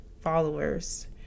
followers